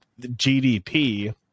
GDP